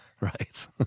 Right